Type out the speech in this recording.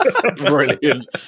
Brilliant